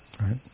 right